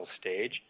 stage